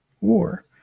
war